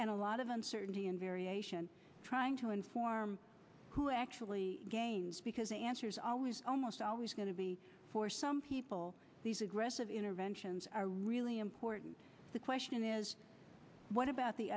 and a lot of uncertainty and variation trying to inform who actually gains because the answer's always almost always going to be for some people these aggressive interventions are really important the question is what about the